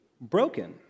broken